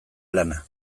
lana